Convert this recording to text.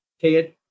Ted